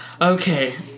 Okay